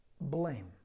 blame